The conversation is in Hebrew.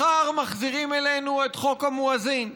מחר מחזירים אלינו את חוק המואזין,